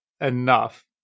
enough